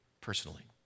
personally